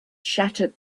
shattered